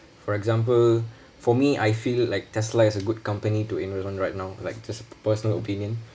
for example for me I feel like tesla is a good company to invest on right now like just a personal opinion